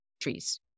trees